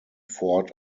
ford